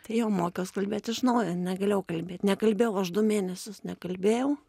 tai jau mokiaus kalbėt iš naujo negalėjau kalbėt nekalbėjau aš du mėnesius nekalbėjau